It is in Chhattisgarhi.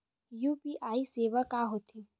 यू.पी.आई सेवा का होथे?